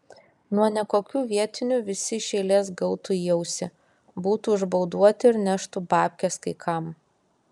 nuo nekokių vietinių visi iš eilės gautų į ausį būtų užbauduoti ir neštų babkes kai kam